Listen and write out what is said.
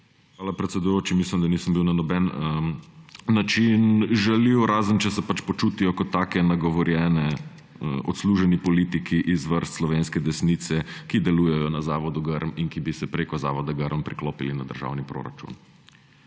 Hvala, predsedujoči. Mislim, da nisem bil na noben način žaljiv, razen če se počutijo kot take nagovorjene odsluženi politiki iz vrst slovenske desnice, ki delujejo na Zavodu Grm in ki bi se preko Zavoda Grm priklopili na državni proračun.